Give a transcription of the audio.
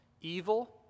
evil